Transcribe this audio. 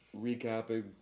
recapping